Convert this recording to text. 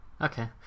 Okay